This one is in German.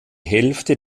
hälfte